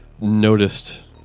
noticed